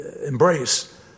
embrace